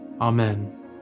Amen